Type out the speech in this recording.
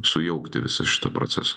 sujaukti visą šitą procesą